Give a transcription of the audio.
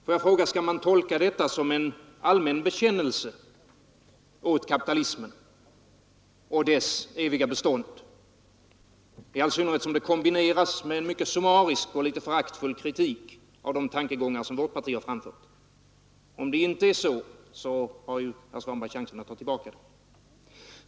Får jag fråga: Skall man tolka detta som en allmän bekännelse till kapitalismen och dess eviga bestånd, i all synnerhet som det kombineras med en mycket summarisk och litet föraktfull kritik av de tankegångar som vårt parti har framfört? Om det inte är så har ju herr Svanberg chansen att ta tillbaka det.